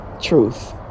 truth